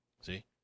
See